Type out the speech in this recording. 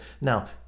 Now